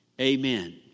amen